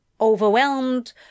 Overwhelmed